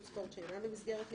לנסות להחיל את זה גם בשנת 2019,